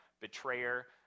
betrayer